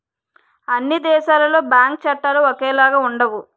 అన్ని దేశాలలో బ్యాంకు చట్టాలు ఒకేలాగా ఉండవు